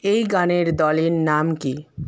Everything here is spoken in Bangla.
এই গানের দলের নাম কি